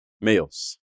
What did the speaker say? males